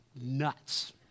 nuts